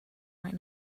right